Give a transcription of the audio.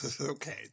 Okay